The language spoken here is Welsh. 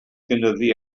gynyddu